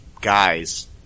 guys